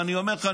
ואני אומר לך,